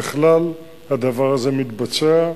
ככלל, הדבר הזה מתבצע.